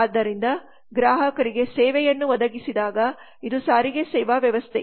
ಆದ್ದರಿಂದ ಗ್ರಾಹಕರಿಗೆ ಸೇವೆಯನ್ನು ಒದಗಿಸಿದಾಗ ಇದು ಸಾರಿಗೆ ಸೇವಾ ವ್ಯವಸ್ಥೆ